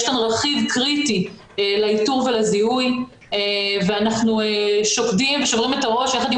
יש כאן רכיב קריטי לאיתור ולזיהוי ואנחנו שוקדים ושוברים את הראש יחד עם